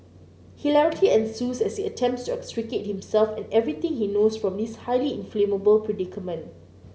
hilarity ensues as he attempts to extricate himself and everything he knows from this highly inflammable predicament